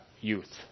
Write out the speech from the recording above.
youth